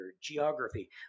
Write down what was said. geography